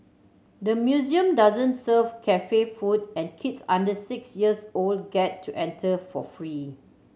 the museum doesn't serve cafe food and kids under six years old get to enter for free